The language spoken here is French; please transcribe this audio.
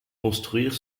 construire